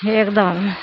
एकदम